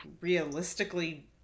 realistically